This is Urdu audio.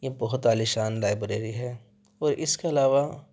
یہ بہت عالیشان لائبریری ہے اور اس کے علاوہ